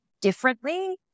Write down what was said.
differently